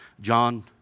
John